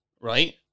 Right